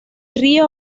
río